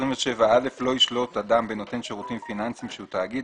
שהוא תאגיד,